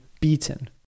beaten